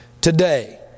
today